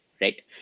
right